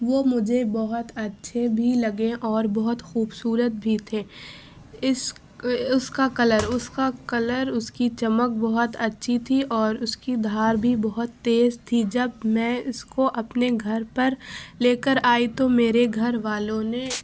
وہ مجھے بہت اچھے بھی لگے اور بہت خوبصورت بھی تھے اس اس کا کلر اس کا کلر اس کی چمک بہت اچھی تھی اور اس کی دھار بھی بہت تیز تھی جب میں اس کو اپنے گھر پر لے کر آئی تو میرے گھر والوں نے